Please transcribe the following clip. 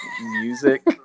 music